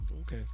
Okay